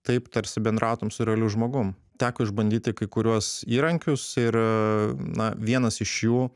taip tarsi bendrautum su realiu žmogum teko išbandyti kai kuriuos įrankius ir na vienas iš jų